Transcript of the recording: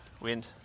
wind